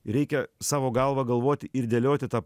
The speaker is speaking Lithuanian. reikia savo galva galvoti ir dėlioti tą